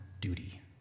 duty